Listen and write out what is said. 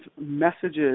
messages